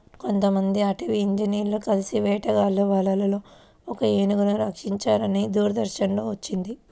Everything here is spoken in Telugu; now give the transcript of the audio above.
కొంతమంది అటవీ ఇంజినీర్లు కలిసి వేటగాళ్ళ వలలో ఒక ఏనుగును రక్షించారని దూరదర్శన్ లో వచ్చింది